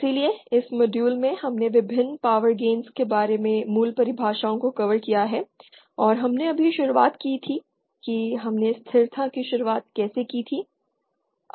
इसलिए इस मॉड्यूल में हमने विभिन्न पावर गेन्स के बारे में मूल परिभाषाओं को कवर किया है और हमने अभी शुरुआत की थी कि हमने स्थिरता की शुरुआत पर चर्चा की थी